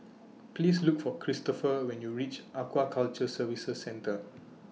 Please Look For Kristopher when YOU REACH Aquaculture Services Centre